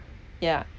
yeah